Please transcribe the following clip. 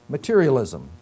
Materialism